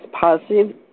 positive